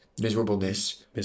miserableness